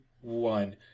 one